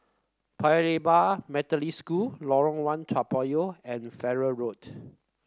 Paya Lebar Methodist School Lorong One Toa Payoh and Farrer Road